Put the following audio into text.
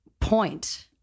point